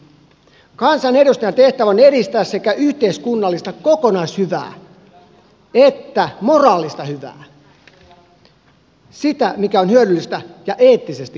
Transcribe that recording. kansanedustajan tehtävänä on edistää sekä yhteiskunnallista kokonaishyvää että moraalista hyvää sitä mikä on hyödyllistä ja eettisesti oikeaa